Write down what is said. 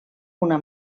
una